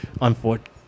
unfortunately